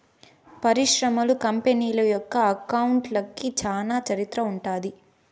పరిశ్రమలు, కంపెనీల యొక్క అకౌంట్లకి చానా చరిత్ర ఉంటది